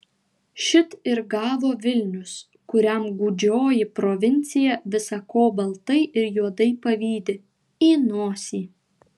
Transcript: šit ir gavo vilnius kuriam gūdžioji provincija visa ko baltai ir juodai pavydi į nosį